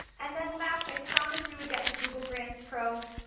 and then last, i promised we would get to google grants pro.